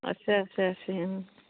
আছে আছে আছে অঁ